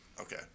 Okay